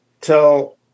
tell